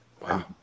Wow